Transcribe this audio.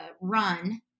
run